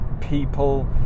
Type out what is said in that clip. people